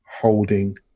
holding